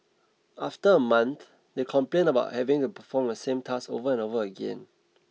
after a month they complained about having to perform the same task over and over again